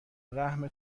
رحم